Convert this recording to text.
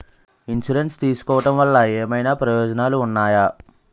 Insurance తీసుకోవటం వల్ల ఏమైనా ప్రయోజనాలు ఉన్నాయా?